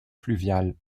fluviale